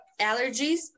allergies